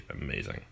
amazing